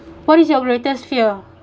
what is your greatest fear